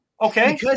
Okay